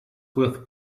with